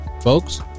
Folks